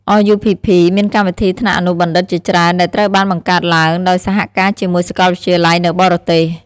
RUPP មានកម្មវិធីថ្នាក់អនុបណ្ឌិតជាច្រើនដែលត្រូវបានបង្កើតឡើងដោយសហការជាមួយសាកលវិទ្យាល័យនៅបរទេស។